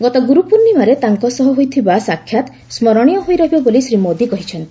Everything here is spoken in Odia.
ଗତ ଗୁରୁପୂର୍ଣ୍ଣିମାରେ ତାଙ୍କ ସହ ହୋଇଥିବା ସାକ୍ଷାତ୍ ସ୍କରଣୀୟ ହୋଇ ରହିବ ବୋଲି ଶ୍ରୀ ମୋଦି କହିଛନ୍ତି